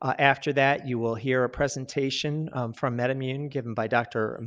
after that you will hear a presentation from med-immune given by dr. um